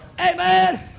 Amen